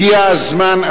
הגיע הזמן,